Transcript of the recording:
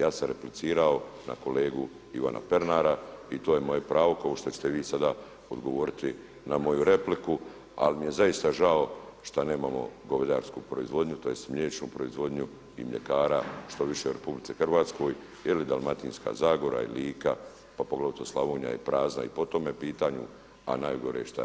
Ja sam replicirao na kolegu Ivana Pernara i to je moje pravo kao što ćete vi sada odgovoriti na moju repliku ali mi je zaista žao što nemamo govedarsku proizvodnju, tj. mliječnu proizvodnju i mljekara što više u RH jer i Dalmatinska zagora i Lika, pa poglavito Slavonija je prazna i po tome pitanju a najgore što